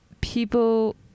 People